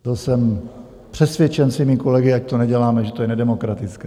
Byl jsem přesvědčen svými kolegy, ať to neděláme, že to je nedemokratické.